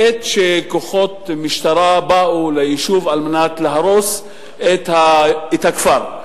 בעת שכוחות המשטרה באו ליישוב, כדי להרוס את הכפר.